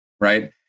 right